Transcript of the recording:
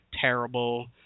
terrible